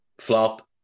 flop